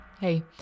Hey